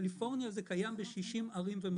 בקליפורניה זה קיים ב-60 ערים ומחוזות.